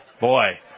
Boy